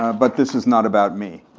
um but this is not about me,